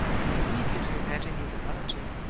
i leave you to imagine his apologies,